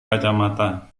kacamata